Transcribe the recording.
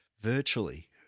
virtually